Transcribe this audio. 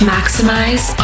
Maximize